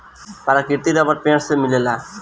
प्राकृतिक रबर पेड़ से मिलेला